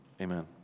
Amen